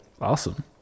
Awesome